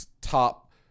top